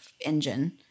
engine –